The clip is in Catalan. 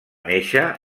néixer